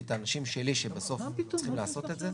את האנשים שלי שבסוף צריכים לעשות את זה.